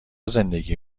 زندگی